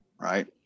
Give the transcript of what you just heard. Right